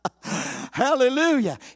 Hallelujah